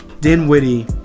Dinwiddie